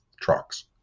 trucks